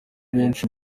benshi